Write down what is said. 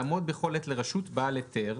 לעמוד בכל עת לרשות בעל היתר,